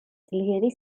ძლიერი